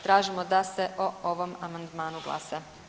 Tražimo da se o ovom amandmanu glasa.